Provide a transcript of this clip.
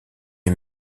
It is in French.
est